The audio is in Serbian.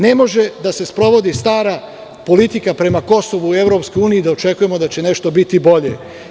Ne može da se sprovodi stara politika prema Kosovu i EU, i da očekujemo da će nešto biti bolje.